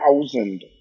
thousand